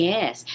Yes